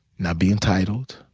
not be entitled,